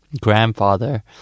grandfather